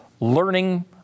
Learning